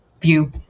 view